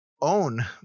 own